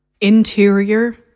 Interior